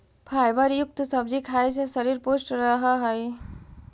fibre युक्त सब्जी खाए से शरीर पुष्ट रहऽ हइ